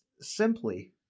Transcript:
simply